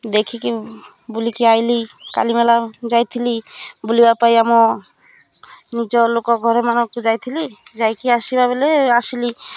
ଦେଖିକି ବୁଲିକି ଆସିଲି କାଲିମେଳା ଯାଇଥିଲି ବୁଲିବା ପାଇଁ ଆମ ନିଜ ଲୋକ ଘରେ ମାନଙ୍କୁ ଯାଇଥିଲି ଯାଇକି ଆସିବା ବେଲେ ଆସିଲି